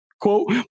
Quote